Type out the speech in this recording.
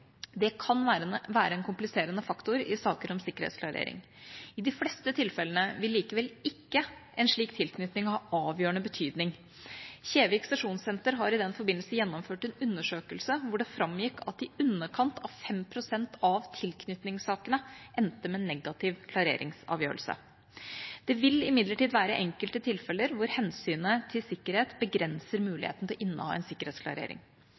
Det kan være en kompliserende faktor i saker om sikkerhetsklarering. I de fleste tilfellene vil likevel ikke en slik tilknytning ha avgjørende betydning. Kjevik stasjonssenter har i den forbindelse gjennomført en undersøkelse hvor det framgikk at i underkant av 5 pst. av tilknytningssakene endte med negativ klareringsavgjørelse. Det vil imidlertid være enkelte tilfeller hvor hensynet til sikkerhet begrenser muligheten til å inneha en sikkerhetsklarering.